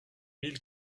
mille